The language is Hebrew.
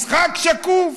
משחק שקוף.